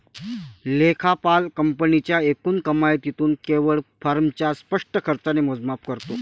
लेखापाल कंपनीच्या एकूण कमाईतून केवळ फर्मच्या स्पष्ट खर्चाचे मोजमाप करतो